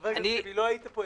חבר הכנסת מיקי, לא היית פה.